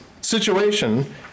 Situation